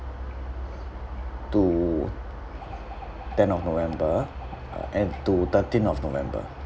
to ten of november uh and to thirteen of november